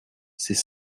c’est